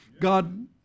God